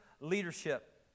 leadership